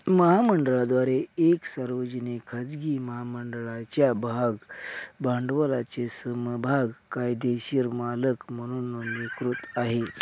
महामंडळाद्वारे एक सार्वजनिक, खाजगी महामंडळाच्या भाग भांडवलाचे समभाग कायदेशीर मालक म्हणून नोंदणीकृत आहे